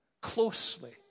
closely